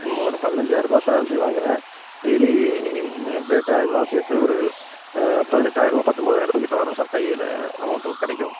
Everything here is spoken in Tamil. ம் ஒரு பதினைஞ்சாயர்ரூபா சேல்ரி வாங்கிறேன் டெய்லி பேட்டா இதெல்லாம் சேர்த்து ஒரு பதினெட்டாயர்ருவா பத்தொன்பதாயர்ருவா கிட்டே வரும் சார் கையில் அமௌண்ட்டு கிடைக்கும்